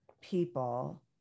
people